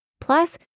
plus